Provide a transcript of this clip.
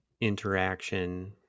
interaction